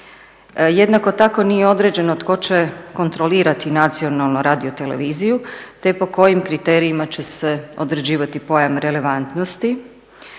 Jednako tako nije određeno tko će kontrolirati nacionalnu radio-televiziju, te po kojim kriterijima će se određivati pojam relevantnosti.